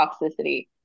toxicity